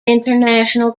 international